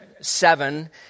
seven